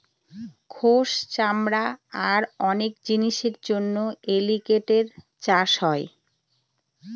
গোস, চামড়া আর অনেক জিনিসের জন্য এলিগেটের চাষ হয়